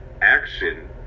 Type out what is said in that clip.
action